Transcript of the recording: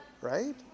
right